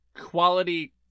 quality